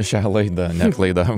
šią laidą ne klaidą